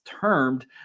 termed